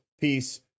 peace